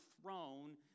throne